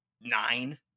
nine